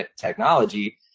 technology